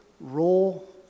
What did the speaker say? role